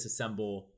disassemble